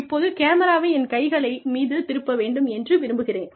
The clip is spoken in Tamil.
இப்போது கேமராவை என் கைகளில் மீது திருப்ப வேண்டும் என்று விரும்புகிறேன்